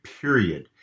period